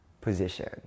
position